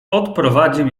odprowadził